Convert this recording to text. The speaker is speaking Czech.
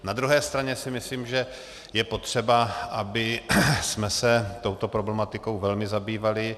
Na druhé straně si myslím, že je potřeba, abychom se touto problematikou velmi zabývali.